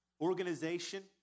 organization